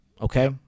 Okay